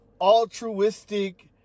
altruistic